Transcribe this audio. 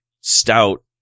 stout